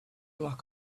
luck